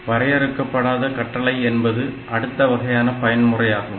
வரையறுக்கப்படாத கட்டளை என்பது அடுத்த வகையான பயன் முறையாகும்